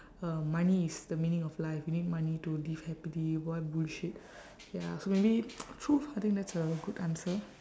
uh money is the meaning of life we need money to live happily what bullshit ya so maybe !fuh! I think that's a good answer